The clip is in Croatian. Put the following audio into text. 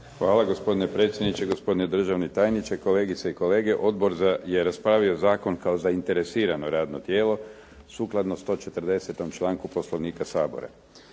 Hvala gospodine predsjedniče, gospodine državni tajniče, kolegice i kolege. Odbor je raspravio zakon kao zainteresirano radno tijelo sukladno 140-om članku Poslovnika Sabora.